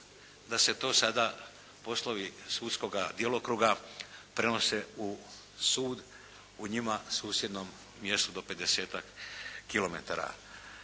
da se to sada poslovi sudskoga djelokruga prenose u sud, u njima susjednom mjestu do 50-tak